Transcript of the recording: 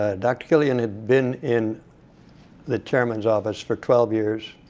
ah dr. killian had been in the chairman's office for twelve years,